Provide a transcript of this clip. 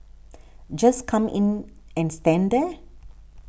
just come in and stand there